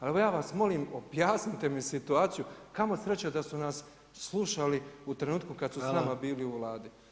Evo, ja vas molim, objasnite mi situaciju, kamo sreće da su nas slušali u trenutku kad su s nama bili u Vladi.